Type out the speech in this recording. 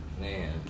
Man